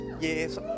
yes